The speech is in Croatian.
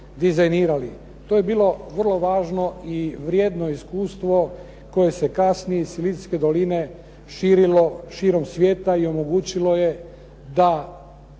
To je bilo vrlo važno i vrijedno iskustvo koje se kasnije iz silicijske doline širilo širom svijeta i omogućilo je da